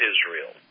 Israel